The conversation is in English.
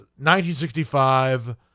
1965